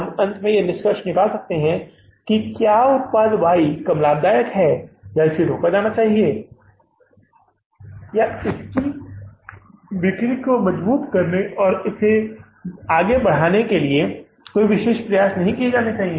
आप अंत में यह निष्कर्ष निकाल सकते हैं कि क्या उत्पाद वाई कम लाभदायक है या इसे रोका जाना चाहिए इसकी बिक्री को मजबूत करने या इसकी बिक्री को आगे बढ़ाने के लिए कोई विशेष प्रयास नहीं किए जाने चाहिए